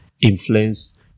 influence